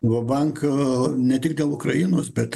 va bank ne tik dėl ukrainos bet